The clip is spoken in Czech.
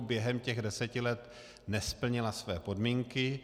Během deseti let nesplnila své podmínky.